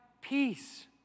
peace